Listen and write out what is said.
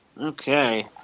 Okay